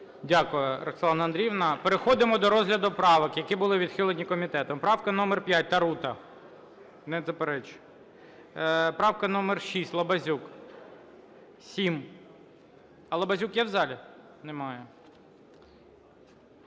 Дякую, Роксолана Андріївна. Переходимо до розгляду правок, які були відхилені комітетом. Правка номер 5, Тарута. Не заперечує. Правка номер 6, Лабазюк. 7. А Лабазюк є в залі? Немає.